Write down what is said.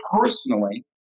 personally